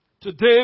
Today